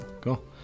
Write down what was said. cool